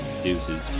Deuces